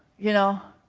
you know,